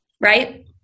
right